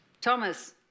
Thomas